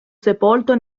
sepolto